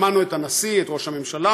שמענו את הנשיא, את ראש הממשלה.